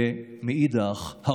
ומאידך גיסא,